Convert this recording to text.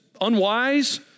unwise